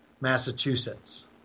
Massachusetts